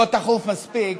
לא תכוף מספיק,